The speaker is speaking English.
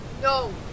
No